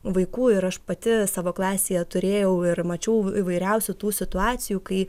vaikų ir aš pati savo klasėje turėjau ir mačiau įvairiausių tų situacijų kai